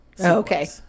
Okay